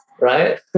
right